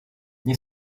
nie